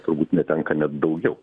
turbūt netenka net daugiau